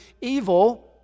evil